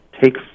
Take